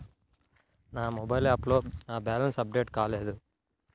నా మొబైల్ యాప్లో నా బ్యాలెన్స్ అప్డేట్ కాలేదు